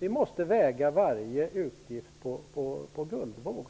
Vi måste faktiskt väga varje utgift på guldvåg.